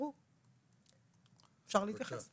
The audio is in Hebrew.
ברור, אפשר להתייחס?